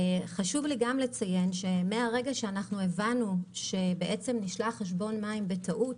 מהרגע שהבנו שנשלח חשבון מים בטעות,